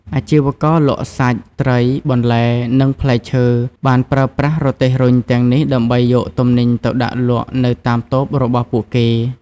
អាជីវករលក់សាច់ ត្រី បន្លែ និងផ្លែឈើបានប្រើប្រាស់រទេះរុញទាំងនេះដើម្បីយកទំនិញទៅដាក់លក់នៅតាមតូបរបស់ពួកគេ។